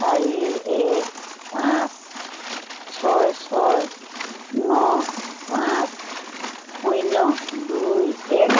চাৰি এক পাঁচ ছয় ছয় ন পাঁচ শূন্য দুই এক